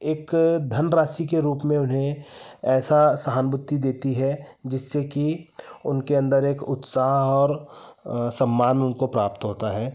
एक धनराशि के रूप में उन्हें ऐसा सहानुभूति देती है जिससे कि उनके अंदर एक उत्साह और सम्मान उनको प्राप्त होता है